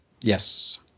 Yes